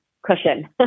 Cushion